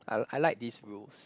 I I like these rules